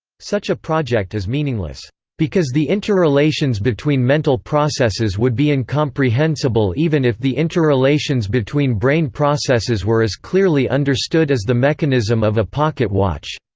such a project is meaningless because the interrelations between mental processes would be incomprehensible even if the interrelations between brain processes were as clearly understood as the mechanism of a pocket watch.